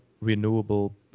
renewable